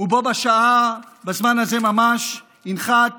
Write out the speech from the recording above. ובה בשעה, בזמן הזה ממש, ינחת